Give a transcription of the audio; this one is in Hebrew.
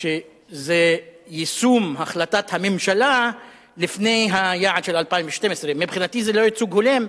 שזה יישום החלטת הממשלה לפני היעד של 2012. מבחינתי זה לא ייצוג הולם,